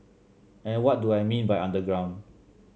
and what do I mean by underground